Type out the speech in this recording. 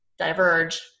diverge